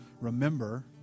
remember